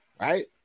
Right